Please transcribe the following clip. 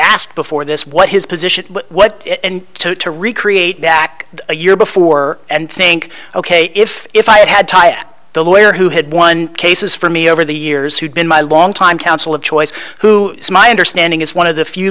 asked before this what his position what it and to recreate back a year before and think ok if if i had had the lawyer who had won cases for me over the years who'd been my long time counsel of choice who is my understanding is one of the few